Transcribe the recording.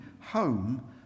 home